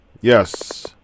Yes